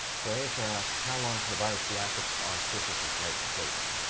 so acer asks, how long can the virus be active on surfaces like clothing?